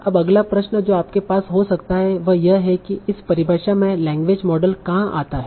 अब अगला प्रश्न जो आपके पास हो सकता है वह यह है कि इस परिभाषा में लैंग्वेज मॉडल कहां आता है